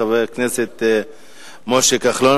חבר הכנסת משה כחלון.